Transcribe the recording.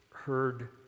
Heard